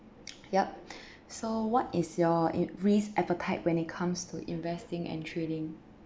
yup so what is your in~ risk appetite when it comes to investing and trading